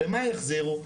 למה יחזירו?